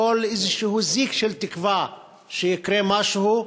כל איזה זיק של תקווה שיקרה משהו,